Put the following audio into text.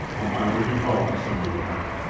and finally he called to some one without.